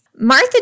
Martha